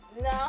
no